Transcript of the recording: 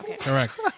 Correct